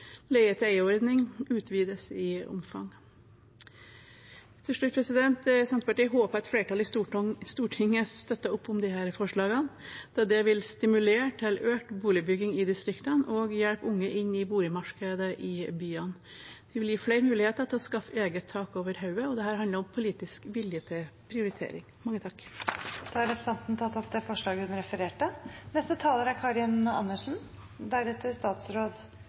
utvides i omfang. Til slutt: Senterpartiet håper et flertall i Stortinget støtter opp om disse forslagene, da det vil stimulere til økt boligbygging i distriktene og hjelpe unge inn i boligmarkedet i byene. Det vil gi flere muligheter til å skaffe eget tak over hodet. Det handler om politisk vilje til prioritering. Jeg tar med dette opp Senterpartiets forslag. Representanten Kari Anne Bøkestad Andreassen har tatt opp det forslaget hun refererte til. SV er